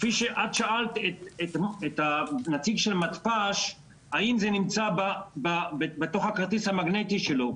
כפי שאת שאלת את הנציג של המתפ"ש האם זה נמצא בתוך הכרטיס המגנטי שלו.